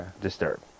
disturbed